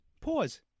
Pause